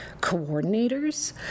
coordinators